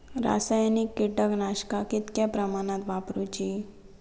रासायनिक कीटकनाशका कितक्या प्रमाणात वापरूची?